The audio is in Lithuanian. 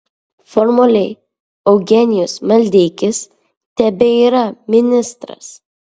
formaliai eugenijus maldeikis tebėra ministras